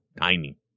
tiny